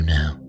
now